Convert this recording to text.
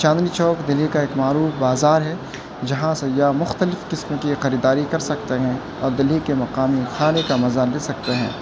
چاندنی چوک دہلی کا ایک معروف بازار ہے جہاں سیاح مختلف قسم کی خریداری کر سکتے ہیں اور دہلی کے مقامی کھانے کا مزہ لے سکتے ہیں